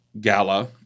gala